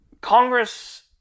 Congress